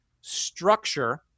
structure